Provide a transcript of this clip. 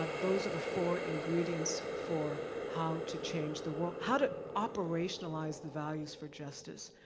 ah those are the four ingredients for how to change the world, how to operationalize the values for justice.